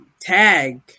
tag